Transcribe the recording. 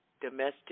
domestic